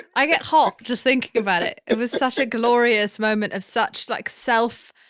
i get hot just thinking about it. it was such a glorious moment of such like self,